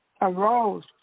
arose